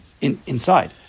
inside